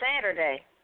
Saturday